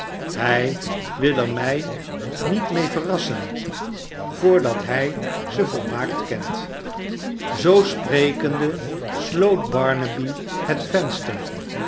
hij wil er mij niet mee verrassen voordat hij ze volmaakt kent zoo sprekende sloot barnaby het venster